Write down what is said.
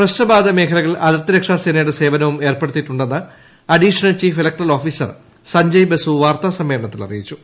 പ്രശ്ന ബാധിത മേഖലകളിൽ അതിർത്തി രക്ഷാസേനയുടെ സേവനവും ഏർപ്പെടുത്തിയിട്ടുണ്ടെന്ന് additional chief electoral officer Sanjay Basu വാർത്താസമ്മേളനത്തിൽ അറിയിച്ചു